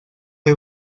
fue